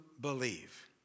believe